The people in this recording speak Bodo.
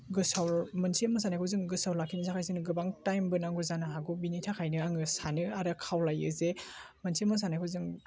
गोसोआव मोनसे मोसानायखौ जों गोसोआव लाखिनो जागायजेनो गोबां टाइमबो नांगौ जानो हागौ बिनि थाखायनो आङो सानो आरो खावलायो जे मोनसे मोसानायखौ जों